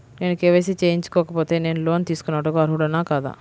నేను కే.వై.సి చేయించుకోకపోతే నేను లోన్ తీసుకొనుటకు అర్హుడని కాదా?